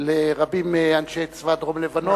לרבים מאנשי צבא דרום-לבנון.